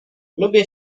lubię